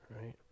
right